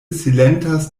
silentas